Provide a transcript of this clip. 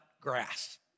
grass